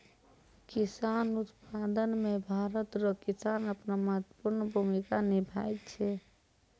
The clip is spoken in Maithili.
कपास उप्तादन मे भरत रो किसान अपनो महत्वपर्ण भूमिका निभाय छै